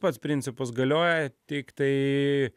pats principas galioja tiktai